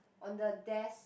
on the desk